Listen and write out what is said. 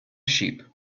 sheep